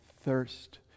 thirst